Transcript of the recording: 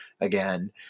again